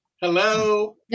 Hello